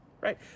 right